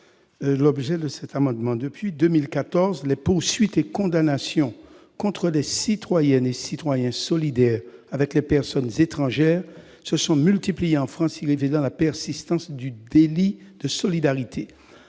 à M. Maurice Antiste. Depuis 2014, les poursuites et condamnations contre des citoyennes et citoyens solidaires avec les personnes étrangères se sont multipliées en France, y révélant la persistance du délit de solidarité.